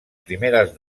primeres